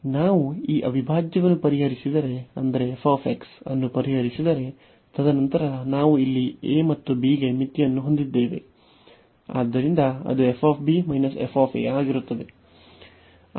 ನಾವು ಈ ಅವಿಭಾಜ್ಯವನ್ನು ಪರಿಹರಿಸಿದರೆ ಅಂದರೆ f ಅನ್ನು ಪರಿಹರಿಸಿದರೆ ತದನಂತರ ನಾವು ಇಲ್ಲಿ a ಮತ್ತು b ಗೆ ಮಿತಿಯನ್ನು ಹೊಂದಿದ್ದೇವೆ ಆದ್ದರಿಂದ ಅದು f f ಆಗಿರುತ್ತದೆ